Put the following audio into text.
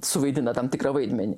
suvaidina tam tikrą vaidmenį